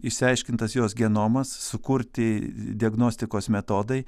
išsiaiškintas jos genomas sukurti diagnostikos metodai